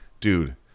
dude